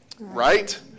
Right